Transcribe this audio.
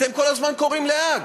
אתם כל הזמן קוראים להאג.